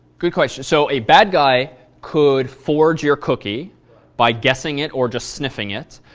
good question. so a bad guy could forge your cookie by guessing it or just sniffing it.